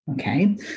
Okay